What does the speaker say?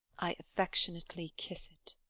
i affectionately kiss it.